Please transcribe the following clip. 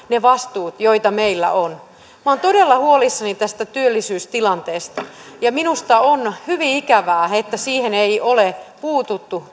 ne vastuut joita meillä on minä olen todella huolissani tästä työllisyystilanteesta ja minusta on hyvin ikävää että siihen ei ole puututtu